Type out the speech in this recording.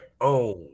own